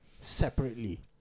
separately